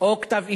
כתב אישום,